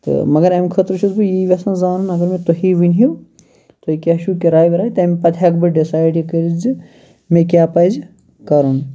تہٕ مَگَر امہ خٲطرٕ چھُس بہٕ یی یژھان زانُن اَگَر مےٚ تُہی ؤنہِو تۄہہِ کیاہ چھَو کِراے وِراے تمہِ پَتہٕ ہیٚکہٕ بہٕ ڈِسایڈ یہِ کٔرِتھ زِ مےٚ کیاہ پَزِ کَرُن